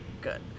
Good